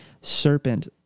serpent